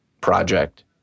project